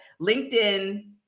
LinkedIn